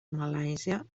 malàisia